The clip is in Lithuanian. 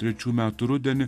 trečių metų rudenį